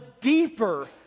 deeper